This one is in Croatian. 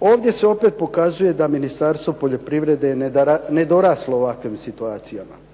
Ovdje se opet pokazuje da je Ministarstvo poljoprivrede nedoraslo ovakvim situacijama